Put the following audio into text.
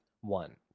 one